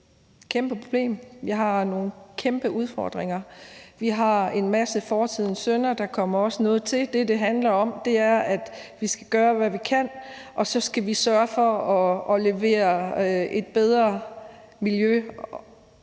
Vi har nogle kæmpe udfordringer. Vi har en masse fortidens synder, og der kommer også noget til. Det, det handler om, er, at vi skal gøre, hvad vi kan, og så skal vi sørge for at levere et bedre miljø